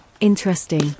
Interesting